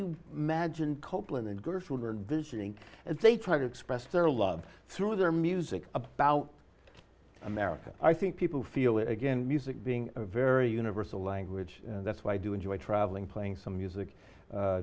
as they try to express their love through their music about america i think people feel it again music being a very universal language and that's why i do enjoy traveling playing so music